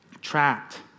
trapped